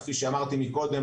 כפי שאמרתי מקודם,